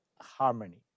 harmony